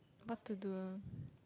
what to do